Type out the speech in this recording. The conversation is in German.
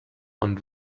und